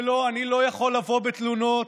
ולא, אני לא יכול לבוא בתלונות